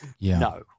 No